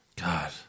God